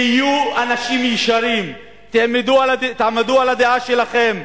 תהיו אנשים ישרים, תעמדו על הדעה שלכם,